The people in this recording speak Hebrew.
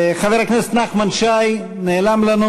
חבר הכנסת נחמן שי נעלם לנו.